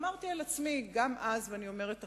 אמרתי על עצמי גם אז, ואני אומרת עכשיו: